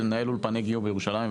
מנהל אולפני גיור בירושלים,